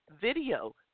video